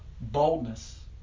boldness